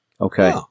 Okay